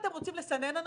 אם אתם רוצים לסנן אנשים,